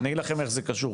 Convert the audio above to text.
אני אגיד לכם איך זה קשור.